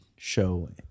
show